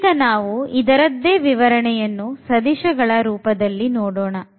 ಈಗ ನಾವು ಇದರದ್ದೇ ವಿವರಣೆಯನ್ನು ಸದಿಶ ಗಳ ರೂಪದಲ್ಲಿ ನೋಡೋಣ